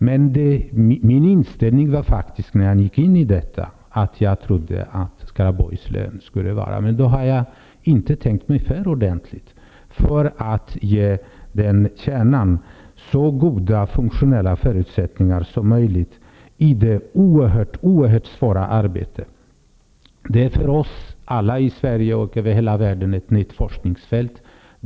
Detta var min inställning till Skaraborg, men då hade jag inte tänkt mig för ordentligt, eftersom kärnan måste få så goda funktionella förutsättningar som möjligt i detta oerhört svåra arbete. Det är för oss alla, i Sverige och i hela världen, ett nytt forskningsfält.